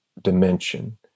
Dimension